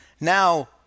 now